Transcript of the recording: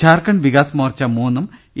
ജാർഖണ്ഡ് വികാസ്മോർച്ച മൂന്നും എ